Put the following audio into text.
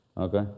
okay